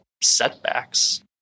setbacks